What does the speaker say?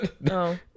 No